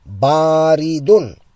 Baridun